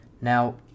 Now